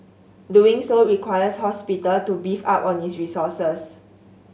doing so requires hospital to beef up on its resources